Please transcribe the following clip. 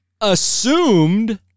assumed